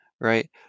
right